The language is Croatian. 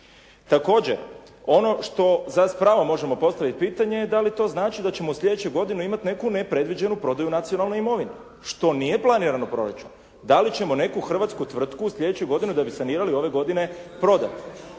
Također ono što s pravom možemo postaviti pitanje, da li to znači da ćemo u sljedećoj godini imati neku nepredviđenu prodaju nacionalne imovine, što nije planiran proračun, da li ćemo neku hrvatsku tvrtku, u sljedeću godinu da bi sanirali ove godine prodati.